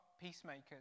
peacemakers